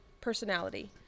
personality